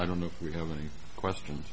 i don't know if we have any questions